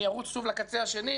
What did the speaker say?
אני ארוץ שוב לקצה השני,